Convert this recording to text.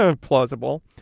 plausible